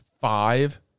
five